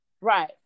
right